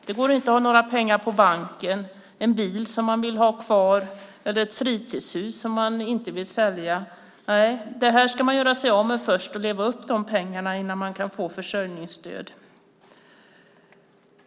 Det går inte att ha några pengar på banken, en bil som man vill ha kvar eller ett fritidshus som man inte vill sälja. Nej, det här ska man göra sig av med först och leva upp de pengarna innan man kan få försörjningsstöd.